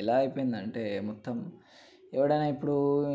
ఎలా అయిపోయిందంటే మొత్తం ఎవడైనా ఇప్పుడు